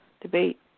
debate